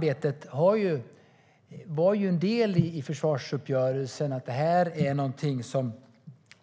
Detta samarbete var ju en del i försvarsuppgörelsen och